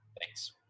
Thanks